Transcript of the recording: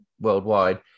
worldwide